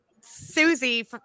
susie